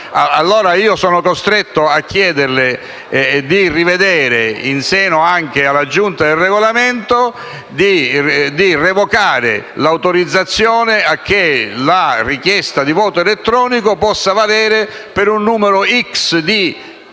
Altrimenti sono costretto a chiederle di rivedere la prassi in seno alla Giunta per il Regolamento e di revocare l'autorizzazione a che la richiesta di voto elettronico possa valere per un numero "x" di